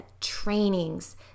trainings